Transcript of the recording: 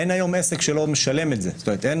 אין